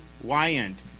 Wyant